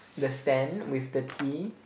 the stand with the tea